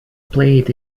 played